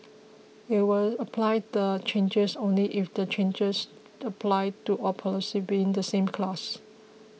we will apply the changes only if the changes apply to all policies within the same class